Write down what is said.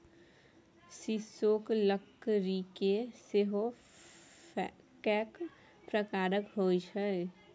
सीसोक लकड़की सेहो कैक प्रकारक होए छै